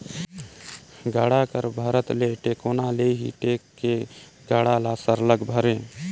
गाड़ा कर भरत ले टेकोना ले ही टेक के गाड़ा ल सरलग भरे